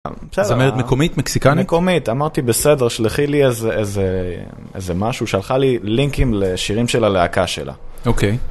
זמרת מקומית מקסיקנית מקומית אמרתי בסדר שלחי לי איזה איזה איזה משהו שלחה לי לינקים לשירים של הלהקה שלה. אוקיי,